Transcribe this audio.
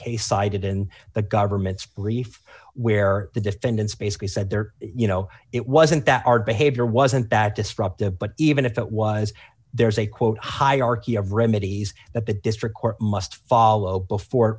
case cited in the government's brief where the defendants basically said there you know it wasn't that our behavior wasn't that disruptive but even if it was there's a quote hierarchy of remedies that the district court must follow before